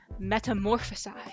metamorphosize